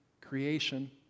creation